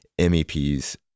MEPs